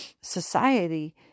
society